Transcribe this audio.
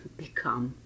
become